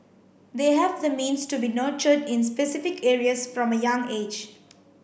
they have the means to be nurtured in specific areas from a young age